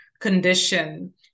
condition